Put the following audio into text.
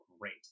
great